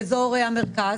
באזור המרכז.